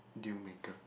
deal maker